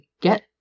get